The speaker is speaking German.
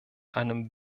einem